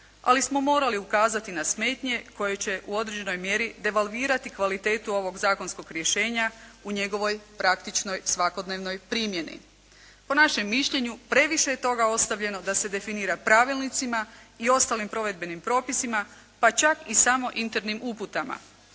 ali smo morali ukazati na smetnje koje će u određenoj mjeri devalvirati kvalitetu ovog zakonskog rješenja u njegovoj praktičnoj svakodnevnoj primjeni. Po našem mišljenju, previše je toga ostavljeno da se definira pravilnicima i ostalim provedbenim propisima, pa čak i samo internim uputama.